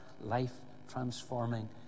life-transforming